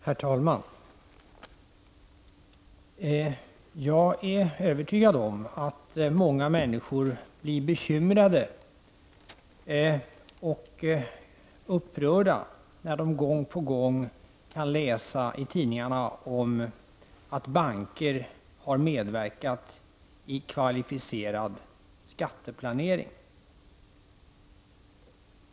Herr talman! Jag är övertygad om att många människor blir bekymrade och upprörda när de gång på gång kan läsa i tidningarna om att banker har medverkat i kvalificerad skatteplanering.